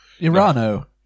Irano